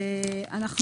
הצבעה לא אושר.